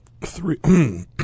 three